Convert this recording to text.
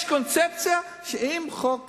יש קונספציה, שעם חוק